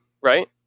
right